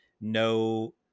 no